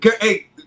hey